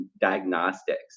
diagnostics